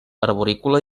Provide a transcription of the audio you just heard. arborícola